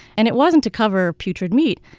and it wasn't to cover putrid meat.